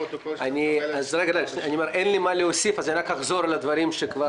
אני רוצה לדבר על הנושא של תדמור שלא מרפה מאתנו.